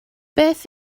beth